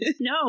No